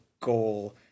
Goal